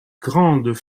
grandes